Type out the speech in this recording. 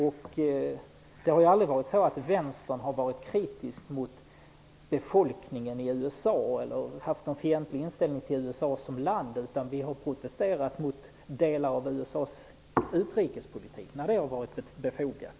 Vänstern har ju aldrig varit kritisk mot befolkningen i USA eller haft någon fientlig inställning till USA som land, utan vi har protesterat mot delar av USA:s utrikespolitik när det har varit befogat.